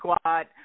squad